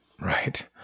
Right